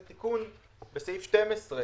זה התיקון בסעיף 12,